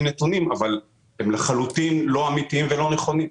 נתונים אבל הם לחלוטין לא אמיתיים ולא נכונים.